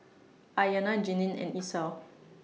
Aryanna Jeanine and Esau